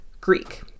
Greek